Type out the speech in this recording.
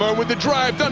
um with the drive, but